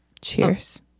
cheers